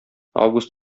август